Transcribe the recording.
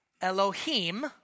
Elohim